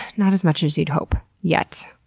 not as much as you'd hope. yet.